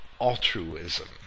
altruism